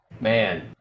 Man